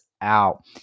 out